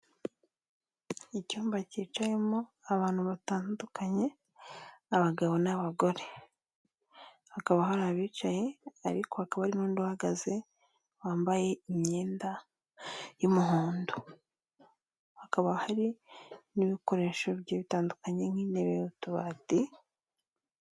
Icyumba cyicayemo abantu batandukanye, abagabo n'abagore. Hakaba hari abicaye ariko hakaba ari n'undi uhagaze, wambaye imyenda y'umuhondo. Hakaba hari n'ibikoresho bigiye bitandukanye nk'intebe, utubati.